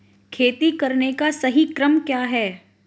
खेती करने का सही क्रम क्या है?